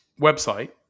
website